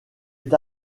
est